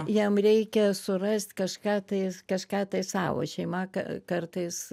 jiem reikia surast kažką tai kažką tai savo šeima kad kartais